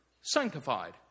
sanctified